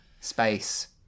space